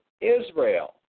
Israel